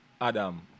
Adam